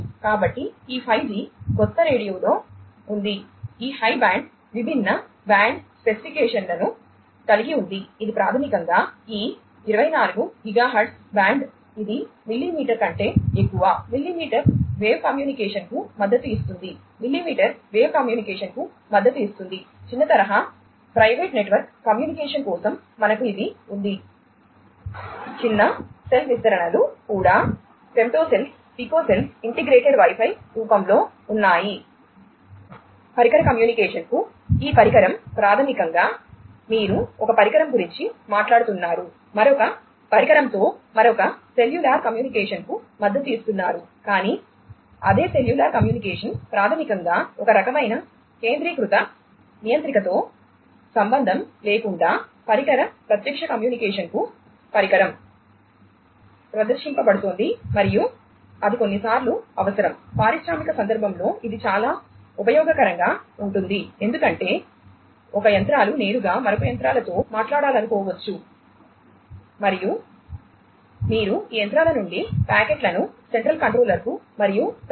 కాబట్టి ఈ 5జి కొత్త రేడియోలో ఉంది ఈ హై బ్యాండ్ కు మరియు తరువాత నియంత్రిక నుండి ఇతర యంత్రానికి పంపించాలనుకోవడం లేదు